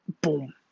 Boom